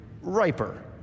riper